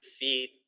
feet